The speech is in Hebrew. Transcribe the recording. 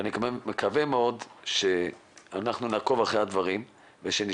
אנחנו נעקוב אחרי הדברים ואני מקווה מאוד